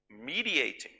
mediating